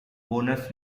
bonus